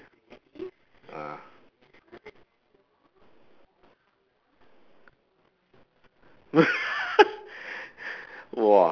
ah !wah!